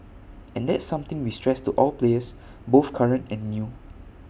and that's something we stress to all players both current and new